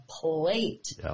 plate